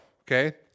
okay